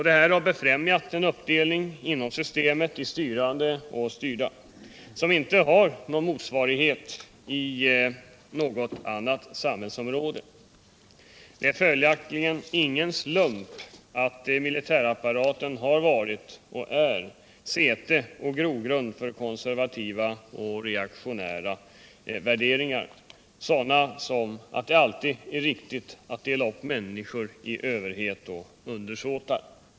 Detta har befrämjat en uppdelning inom systemet i styrande och styrda, som inte har någon motsvarighet inom något annat samhällsområde. Det är följaktligen ingen slump att militärapparaten har varit — och är — säte och grogrund för konservativa och reaktionära värderingar, sådana som att det är riktigt att dela upp människor i överhet och undersåtar.